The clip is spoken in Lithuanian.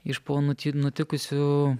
iš po nuti nutikusių